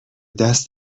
دست